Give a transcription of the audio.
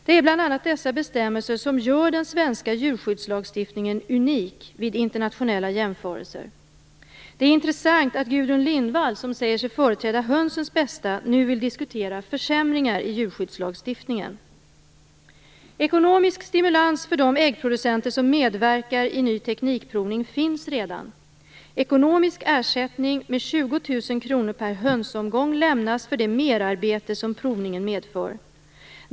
Det är bl.a. dessa bestämmelser som gör den svenska djurskyddslagstiftningen unik vid internationella jämförelser. Det är intressant att Gudrun Lindvall, som säger sig företräda hönsens bästa, nu vill diskutera försämringar i djurskyddslagstiftningen. Ekonomisk stimulans för de äggproducenter som medverkar i ny teknikprovning finns redan. Ekonomisk ersättning med 20 000 kr per hönsomgång lämnas för det merarbete som provningen medför.